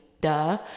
duh